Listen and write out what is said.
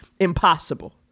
impossible